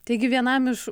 taigi vienam iš